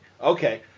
Okay